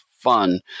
fun